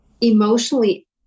emotionally